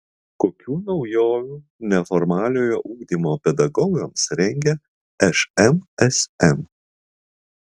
kokių naujovių neformaliojo ugdymo pedagogams rengia šmsm